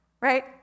right